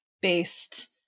based